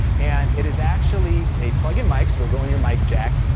and it is actually a plug in mic so it'll go in your mic jack.